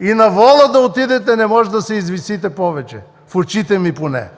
И на Вола да отидете, не може да се извисите повече, в очите ми поне.